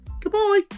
Goodbye